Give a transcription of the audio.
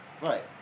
Right